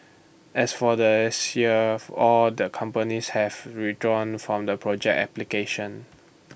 as for this year all the companies had withdrawn from the project application